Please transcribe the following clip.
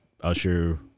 Usher